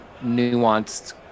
nuanced